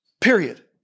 Period